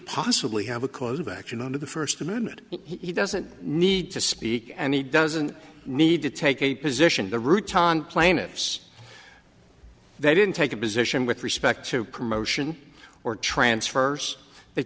possibly have a cause of action under the first amendment he doesn't need to speak and he doesn't need to take a position the rutan plaintiffs they didn't take a position with respect to promotion or transfers they